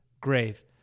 grave